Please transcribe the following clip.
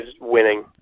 winning